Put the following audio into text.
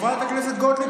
חברת הכנסת גוטליב,